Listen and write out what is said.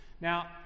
Now